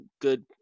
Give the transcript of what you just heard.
good